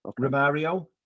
Romario